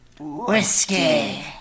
Whiskey